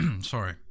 Sorry